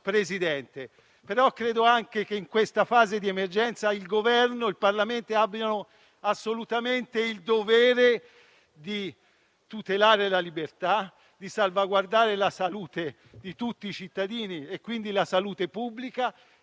Presidente. Però credo che in questa fase di emergenza il Governo e il Parlamento abbiano assolutamente il dovere di tutelare la libertà, di salvaguardare la salute di tutti i cittadini e quindi la salute pubblica